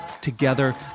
Together